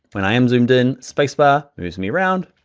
when i am zoomed in, spacebar moves me around.